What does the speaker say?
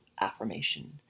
affirmation